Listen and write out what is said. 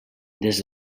des